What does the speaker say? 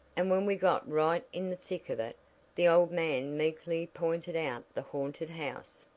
and when we got right in the thick of it the old man meekly pointed out the haunted house.